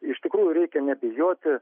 iš tikrųjų reikia nebijoti